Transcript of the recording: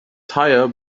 tire